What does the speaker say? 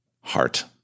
Heart